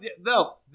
no